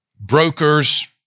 brokers